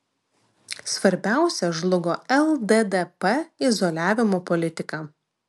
svarbiausia žlugo lddp izoliavimo politika